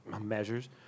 measures